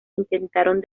intentaron